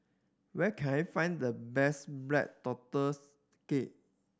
where can I find the best Black Tortoise Cake